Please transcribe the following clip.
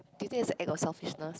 do you think it's a act of selfishness